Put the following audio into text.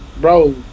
bro